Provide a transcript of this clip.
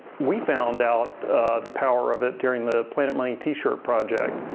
we found out the power of it during the planet money t-shirt project.